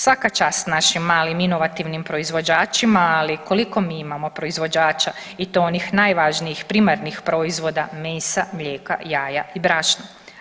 Svaka čast našim malim inovativnim proizvođačima, ali koliko mi imamo proizvođača i to onih najvažnijih primarnih proizvoda mesa, mlijeka, jaja i brašna.